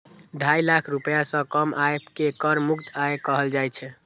ढाई लाख रुपैया सं कम आय कें कर मुक्त आय कहल जाइ छै